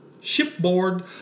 shipboard